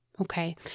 Okay